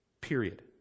Period